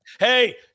Hey